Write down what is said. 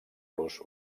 los